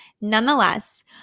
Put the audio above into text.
nonetheless